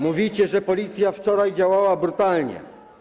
Mówicie, że policja wczoraj działała brutalnie.